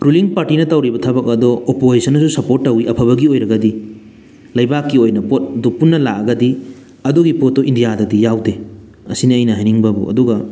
ruling ꯄꯥꯔꯇꯤꯅ ꯇꯧꯔꯤꯕ ꯊꯕꯛ ꯑꯗꯣ ꯑꯣꯄꯣꯖꯤꯁꯟꯅꯁꯨ ꯁꯄꯣꯔꯠ ꯇꯧꯋꯤ ꯑꯐꯕꯒꯤ ꯑꯣꯏꯔꯒꯗꯤ ꯂꯩꯕꯥꯛꯀꯤ ꯑꯣꯏꯅ ꯄꯣꯠꯇꯨ ꯄꯨꯟꯅ ꯂꯥꯛꯑꯒꯗꯤ ꯑꯗꯨꯒꯤ ꯄꯣꯠꯇꯨ ꯏꯟꯗꯤꯌꯥꯗꯗꯤ ꯌꯥꯎꯗꯦ ꯑꯁꯤꯅꯤ ꯑꯩꯅ ꯍꯥꯏꯅꯤꯡꯕꯕꯨ ꯑꯗꯨꯒ